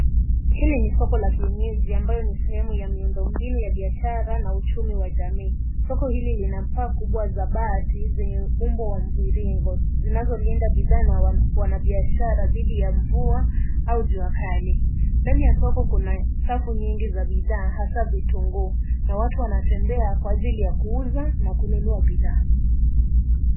Hili ni soko la kienyeji ambayo ni sehemu ya miundo mbinu ya biashara na uchumi wa jamii, soko hili lina paa kubwa za bati zenye umbo wa mviringo zinazolinda bidhaa na wanabiashara didhi ya mvua au jua kali. Ndani ya soko kuna safu nyingi za bidhaa hasaa vitunguu na watu wanatembea kwa ajili ya kuuza na kunua bidhaa.